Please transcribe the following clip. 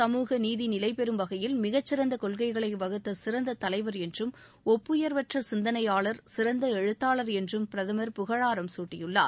சமூக நீதி நிலைபெறும் வகையில் மிகச்சிறந்த கொள்ககைகளை வகுத்த சிறந்த தலைவா் என்றும் ஒப்புயர்வற்ற சிந்தனையாளர் சிறந்த எழுத்தாளர் என்றும் பிரதமர் புகழாரம் சூட்டியுள்ளார்